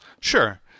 Sure